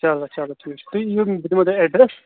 چَلو چَلو چَلو ٹھیٖک چھُ تُہۍ یِیِو بہٕ دِمہو تۅہہِ ایٚڈرس